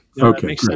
Okay